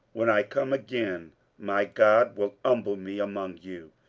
when i come again my god will humble me among you,